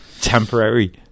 Temporary